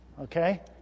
Okay